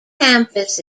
campus